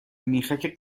میخک